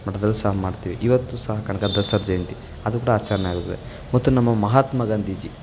ಮಟ್ಟದಲ್ಲಿ ಸಹ ಮಾಡ್ತೀವಿ ಇವತ್ತು ಸಹ ಕನಕದಾಸರ ಜಯಂತಿ ಅದು ಕೂಡ ಆಚರಣೆ ಆಗುತ್ತದೆ ಮತ್ತು ನಮ್ಮ ಮಹಾತ್ಮಾ ಗಾಂಧೀಜಿ